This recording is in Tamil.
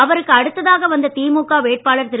அவருக்கு அடுத்ததாக வந்த திமுக வேட்பாளர் திரு